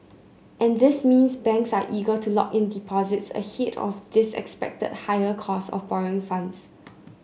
and these means banks are eager to lock in deposits ahead of this expected higher cost of borrowing funds